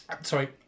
Sorry